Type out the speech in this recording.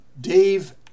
Dave